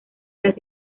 las